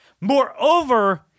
Moreover